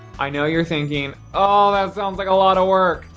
i know you're thinking, oh that sounds like a lot of work.